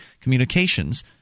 communications